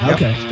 Okay